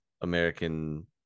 american